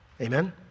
Amen